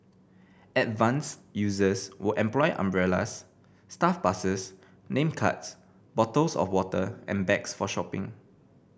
advanced users will employ umbrellas staff passes name cards bottles of water and bags for shopping